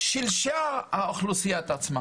שילשה האוכלוסייה את עצמה.